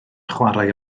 chwarae